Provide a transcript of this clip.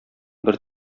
бер